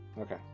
okay